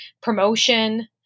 promotion